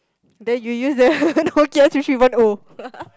there you use the Nokia three three one O